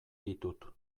ditut